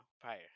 prior